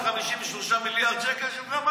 למה, זה על חשבון ה-53 מיליארד שקל שלך?